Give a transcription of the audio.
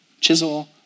Chisel